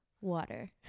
water